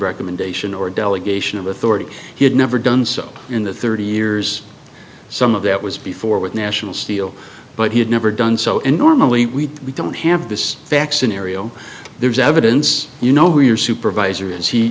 recommendation or delegation of authority he had never done so in the thirty years some of that was before with national steel but he had never done so in normally we don't have this fax in areal there's evidence you know who your supervisor is he